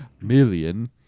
million